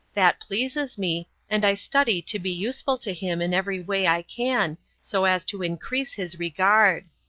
that pleases me, and i study to be useful to him in every way i can, so as to increase his regard.